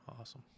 awesome